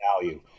value